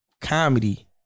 comedy